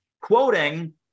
quoting